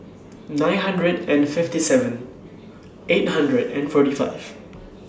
nine hundred and fifty seven eight hundred and forty five